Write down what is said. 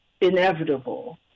inevitable